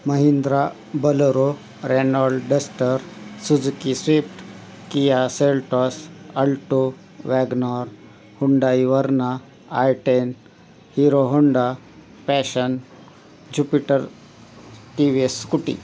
Mahindra Bolero Renault Duster Suzuki Swift Kia Seltos Alto WagonR Hyundai Verna i ten Hero Honda Passion Jupiter T V S scooty